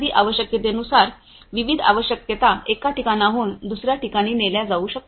आवश्यकतेनुसार विशिष्ट आवश्यकता एका ठिकाणाहून दुसर्या ठिकाणी नेल्या जाऊ शकतात